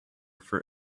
for